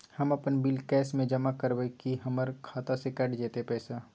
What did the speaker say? हम अपन bill cash म जमा करबै की हमर खाता स कैट जेतै पैसा?